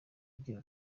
agira